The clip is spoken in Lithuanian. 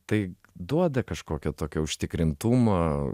tai duoda kažkokio tokio užtikrintumo